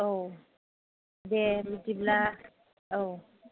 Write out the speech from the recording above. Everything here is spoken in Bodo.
औ दे बिदिब्ला औ